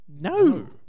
No